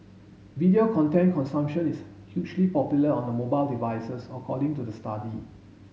video content consumption is hugely popular on the mobile devices according to the study